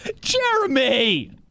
Jeremy